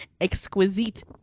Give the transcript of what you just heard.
exquisite